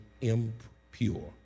impure